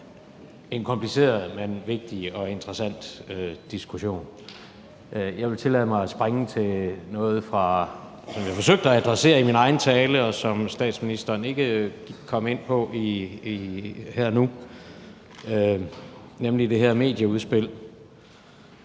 en kompliceret, men vigtig og interessant diskussion. Jeg vil tillade mig at springe til noget, som jeg forsøgte at adressere i min egen tale, og som statsministeren ikke kom ind på her og nu, nemlig det her medieudspil.